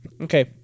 okay